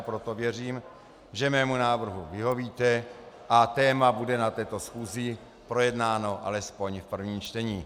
Proto věřím, že mému návrhu vyhovíte a téma bude na této schůzi projednáno alespoň v prvním čtení.